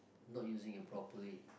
not using it properly